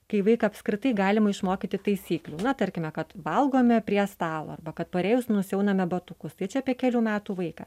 kai vaiką apskritai galima išmokyti taisyklių na tarkime kad valgome prie stalo arba kad parėjus nusiauname batukus tai čia apie kelių metų vaiką